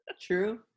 true